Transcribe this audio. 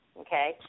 okay